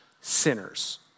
sinners